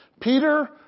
Peter